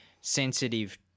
sensitive